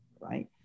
right